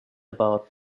about